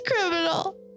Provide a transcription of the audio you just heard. criminal